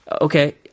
okay